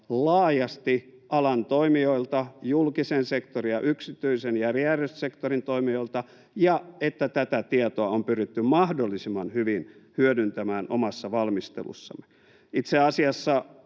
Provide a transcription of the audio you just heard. laajasti alan toimijoilta, julkisen sektorin ja yksityisen ja järjestösektorin toimijoilta, ja että tätä tietoa on pyritty mahdollisimman hyvin hyödyntämään omassa valmistelussamme. Itse asiassa